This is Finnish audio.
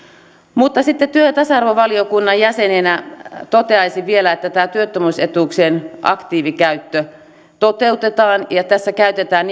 mutta sitten työ ja tasa arvovaliokunnan jäsenenä toteaisin vielä että tämä työttömyysetuuksien aktiivikäyttö toteutetaan ja tässä käytetään